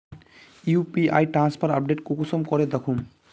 UPI transfer update कुंसम करे दखुम?